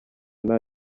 nta